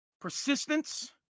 Persistence